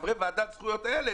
חברי הוועדה לזכויות הילד,